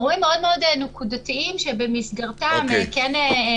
אירועים נקודתיים מאוד שבמסגרתם כן זה רלוונטי.